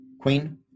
Queen